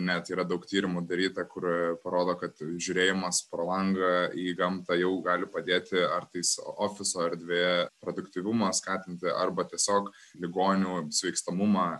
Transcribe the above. net yra daug tyrimų daryta kurie parodo kad žiūrėjimas pro langą į gamtą jau gali padėtiar tais ofiso erdvėje produktyvumą skatinti arba tiesiog ligonių sveikstamumą